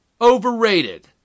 overrated